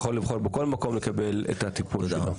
הוא יוכל לבחור בכל מקום לקבל את הטיפול שלו.